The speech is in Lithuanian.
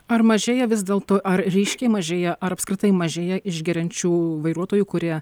ar mažėja vis dėl to ar ryškiai mažėja ar apskritai mažėja išgeriančių vairuotojų kurie